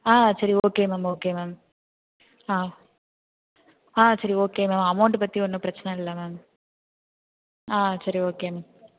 ஆ சரி okay ma'am okay ma'am ஆ ஆ சரி ஓகே மேம் அமௌண்டு பற்றி ஒன்றும் பிரச்சனையில்லை மேம் ஆ சரி ஓகே மேம்